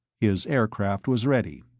his aircraft was ready.